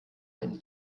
einen